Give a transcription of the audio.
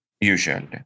usually